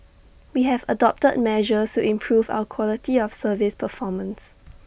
we have adopted measures to improve our quality of service performance